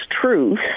truth